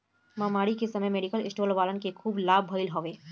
महामारी के समय मेडिकल स्टोर वालन के खूब लाभ भईल हवे